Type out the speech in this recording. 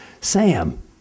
Sam